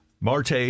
Marte